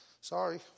Sorry